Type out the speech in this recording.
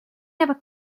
never